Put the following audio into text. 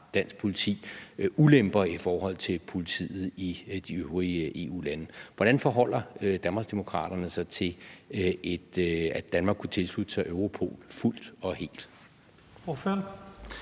dansk politi ulemper i forhold til politiet i de øvrige EU-lande. Hvordan forholder Danmarksdemokraterne sig til, at Danmark kunne tilslutte sig Europol fuldt og helt?